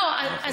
נכון.